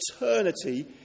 eternity